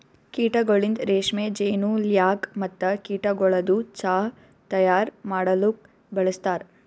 ಕೀಟಗೊಳಿಂದ್ ರೇಷ್ಮೆ, ಜೇನು, ಲ್ಯಾಕ್ ಮತ್ತ ಕೀಟಗೊಳದು ಚಾಹ್ ತೈಯಾರ್ ಮಾಡಲೂಕ್ ಬಳಸ್ತಾರ್